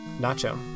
Nacho